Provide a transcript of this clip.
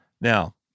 Now